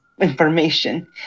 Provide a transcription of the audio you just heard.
information